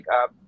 up